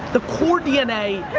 the core dna,